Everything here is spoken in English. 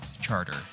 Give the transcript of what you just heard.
charter